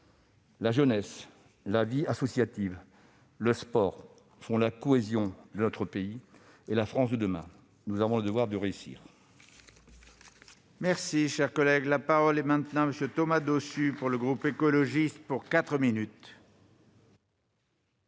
La jeunesse, la vie associative, le sport font la cohésion de notre pays et la France de demain. Nous avons le devoir de réussir.